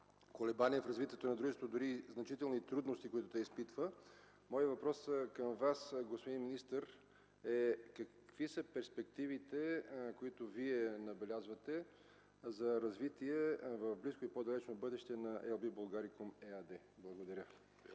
колебание в развитието на дружеството, дори значителните трудности които изпитват, моят въпрос към Вас, господин министър, е какви са перспективите, които Вие набелязвате за развитие в близко и по-далечно бъдеще на „Ел Би Булгарикум” ЕАД? Благодаря.